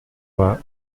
vingt